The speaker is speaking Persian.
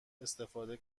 استفاده